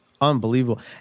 unbelievable